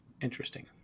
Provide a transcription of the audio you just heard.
Interesting